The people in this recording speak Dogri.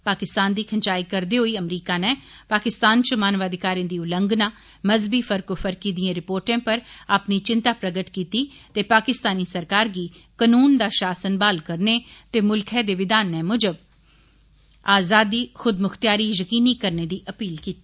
पाकिस्तान दी खिंचाई करदे होई अमरीका नै पाकिस्तान च मानवाधिकारें दी उल्लंघना मज़हबी फर्कोफर्की दिएं रिर्पोटें पर अपनी चिन्ता प्रगट कीती ते पाकिस्तानी सरकार गी कानून दा शासन बहाल करने ते मुल्खै दे विधानै मुजब आज़ादी खुदमुख्तयारी यकीनी करने दी अपील कीती